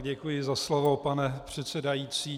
Děkuji za slovo, pane předsedající.